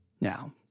Now